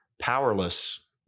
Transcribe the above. powerless